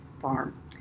Farm